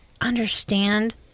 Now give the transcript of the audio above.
understand